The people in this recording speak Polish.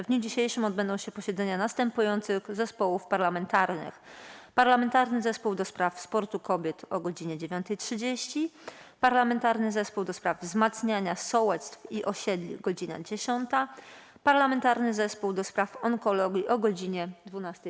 W dniu dzisiejszym odbędą się posiedzenia następujących zespołów parlamentarnych: - Parlamentarnego Zespołu ds. Sportu Kobiet - godz. 9.30, - Parlamentarnego Zespołu ds. Wzmacniania Sołectw i Osiedli - godz. 10, - Parlamentarnego Zespołu ds. Onkologii - godz. 12.